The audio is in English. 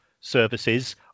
services